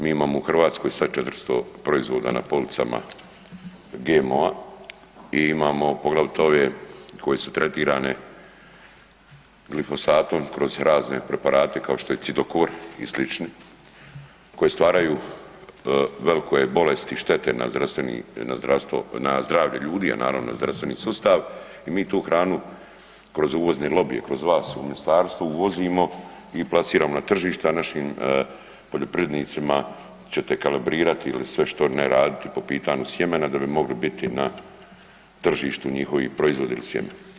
Mi imamo u Hrvatskoj sad 400 proizvoda na policama GMO-a i imamo poglavito ove koje su tretirane glifosatom kroz razne prerade kao što je cidokor i slični koji stvaraju velike bolesti i štete na zdravlje ljudi, a naravno i zdravstveni sustav i mi tu hranu kroz uvozne lobije kroz vas u ministarstvu uvozimo i plasiramo na tržišta, a našim poljoprivrednicima ćete kalibrirati ili sve što ne raditi po pitanju sjemena da bi mogli biti na tržištu njihovi proizvodi ili sjeme.